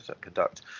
conduct